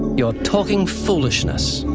you're talking foolishness.